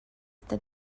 that